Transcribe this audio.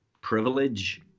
privilege